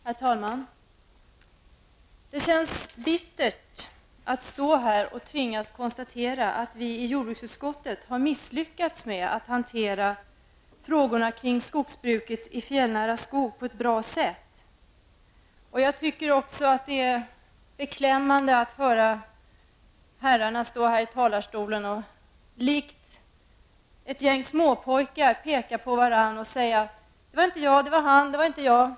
Herr talman! Det känns bittert att stå här och tvingas konstatera att vi i jordbruksutskottet har misslyckats med att hantera frågorna om skogsbruket i fjällnära skog på ett bra sätt. Det är beklämmande att höra hur herrarna står här i talarstolen och likt ett gäng småpojkar pekar på varandra och säger: Det var inte jag, det var han; det var inte jag.